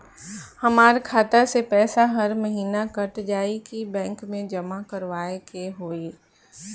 हमार खाता से पैसा हर महीना कट जायी की बैंक मे जमा करवाए के होई?